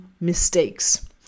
mistakes